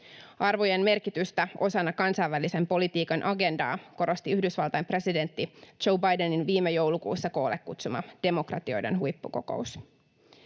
Arvojen merkitystä osana kansainvälisen politiikan agendaa korosti Yhdysvaltain presidentti Joe Bidenin viime joulukuussa koolle kutsuma demokratioiden huippukokous.